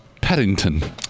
paddington